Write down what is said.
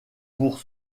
pour